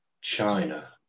China